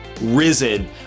risen